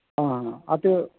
आं हा हा आतां